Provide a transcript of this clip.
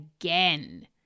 again